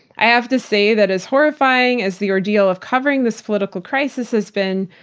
i have to say that as horrifying as the ordeal of covering this political crisis has been,